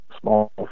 small